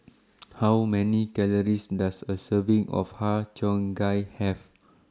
How Many Calories Does A Serving of Har Cheong Gai Have